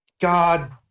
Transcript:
god